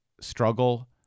struggle